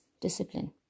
discipline